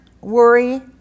worry